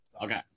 Okay